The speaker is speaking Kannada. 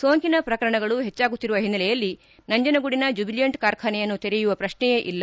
ಸೋಂಕಿನ ಪ್ರಕರಣಗಳು ಹೆಚ್ಚಾಗುತ್ತಿರುವ ಹಿನ್ನೆಲೆಯಲ್ಲಿ ನಂಜನಗೂಡಿನ ಜುಬಿಲಿಯೆಂಟ್ ಕಾರ್ಖಾನೆಯನ್ನು ತೆರೆಯುವ ಪ್ರತ್ನೆಯೇ ಇಲ್ಲ